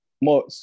more